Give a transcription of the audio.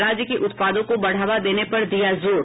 राज्य के उत्पादों को बढ़ावा देने पर दिया जोर